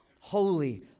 Holy